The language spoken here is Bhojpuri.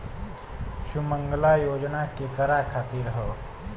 सुमँगला योजना केकरा खातिर ह?